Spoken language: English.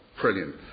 Brilliant